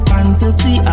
Fantasy